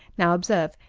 now, observe,